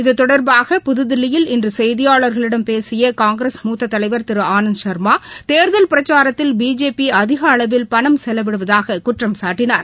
இத்தொடர்பாக புதுதில்லியில் இன்று செய்தியாளர்களிடம் பேசிய காங்கிரஸ் மூத்த தலைவர் திரு ஆனந்த் சர்மா தேர்தல் பிரச்சாரத்தில் பிஜேபி அதிக அளவில் பணம் செலவிடுவதாக குற்றம் சாட்டினார்